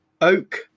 Oak